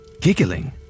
giggling